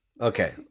Okay